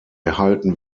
erhalten